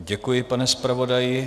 Děkuji, pane zpravodaji.